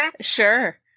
sure